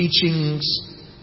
teachings